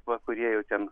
va kurie jau ten